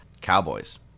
cowboys